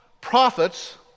prophets